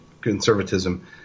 conservatism